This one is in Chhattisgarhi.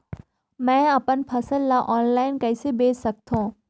मैं अपन फसल ल ऑनलाइन कइसे बेच सकथव?